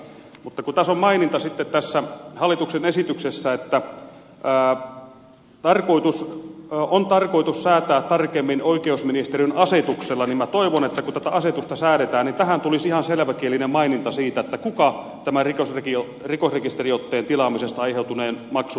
mutta kun tässä hallituksen esityksessä on maininta että on tarkoitus säätää tarkemmin oikeusministeriön asetuksella niin minä toivon että kun tätä asetusta säädetään niin tähän tulisi ihan selväkielinen maininta siitä kuka tämän rikosrekisteriotteen tilaamisesta aiheutuneen maksun maksaa